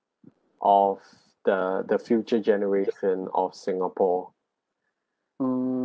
of the the future generation of singapore